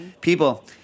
People